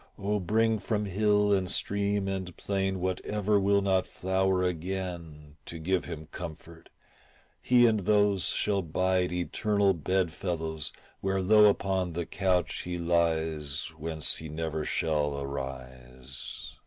oh, bring from hill and stream and plain whatever will not flower again, to give him comfort he and those shall bide eternal bedfellows where low upon the couch he lies whence he never shall arise.